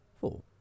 four